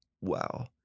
Wow